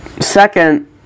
second